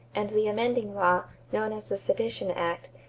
and the amending law, known as the sedition act,